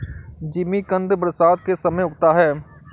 जिमीकंद बरसात के समय में उगता है